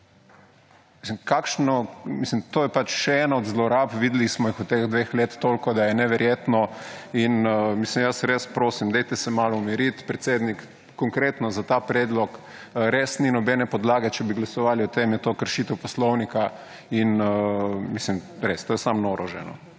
sme delati. Mislim, to je še ena od zlorab, videli smo jih v teh dveh letih toliko, da je neverjetno. Res prosim, dajte se malo umiriti, predsednik, konkretno za ta predlog res ni nobene podlage. Če bi glasovali o tem, je to kršitev poslovnika. To je samo noro že.